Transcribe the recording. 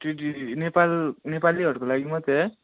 नेपाल नेपालीहरूको लागि मात्रै है